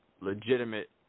legitimate